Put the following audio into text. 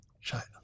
China